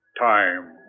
Time